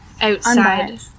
outside